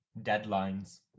Deadlines